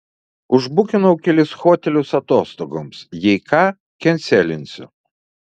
užbukinau kelis hotelius atostogoms jei ką kenselinsiu